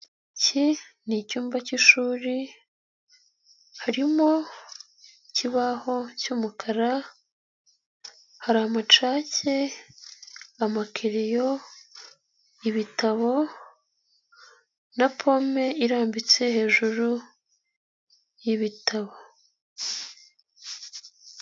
Iki ni icyumba cy'ishuri, harimo ikibaho cy'umukara, hari amacaki, amakereyo, ibitabo na pome irambitse hejuru y'ibitabo.